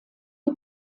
die